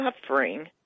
suffering